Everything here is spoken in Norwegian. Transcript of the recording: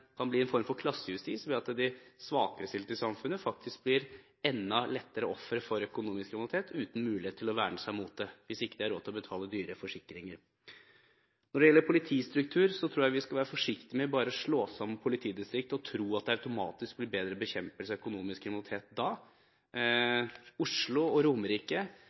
økonomisk kriminalitet, uten mulighet til å verne seg mot det hvis ikke de har råd til å betale dyre forsikringer. Når det gjelder politistruktur, tror jeg vi skal være forsiktig med bare å slå sammen politidistrikter og tro at det automatisk blir bedre bekjempelse av økonomisk kriminalitet da. Oslo og Romerike